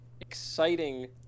exciting